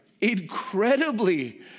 incredibly